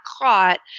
caught